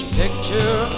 picture